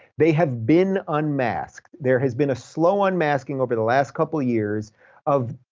they have been unmasked. there has been a slow unmasking over the last couple of years of,